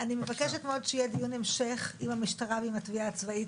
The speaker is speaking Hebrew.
אני מבקשת מאוד שיהיה דיון המשך עם המשטרה ועם התביעה הצבאית.